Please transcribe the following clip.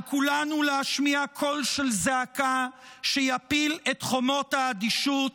על כולנו להשמיע קולות של זעקה שיפיל את חומות האדישות.